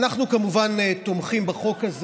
אנחנו כמובן תומכים בחוק הזה.